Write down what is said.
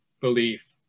belief